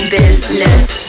business